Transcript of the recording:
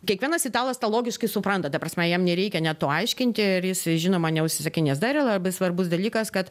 kiekvienas italas tą logiškai supranta ta prasme jam nereikia net to aiškinti ir jis žinoma neužsisakinės dar yra labai svarbus dalykas kad